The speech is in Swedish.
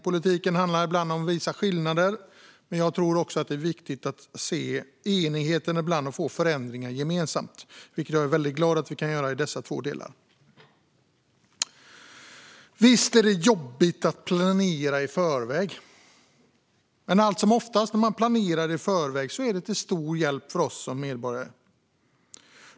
Politik handlar ofta om att visa skillnader, men jag tror också att det är viktigt att ibland visa enighet och få till stånd förändringar gemensamt. Visst är det jobbigt att planera i förväg, men allt som oftast är det till stor hjälp för oss som medborgare.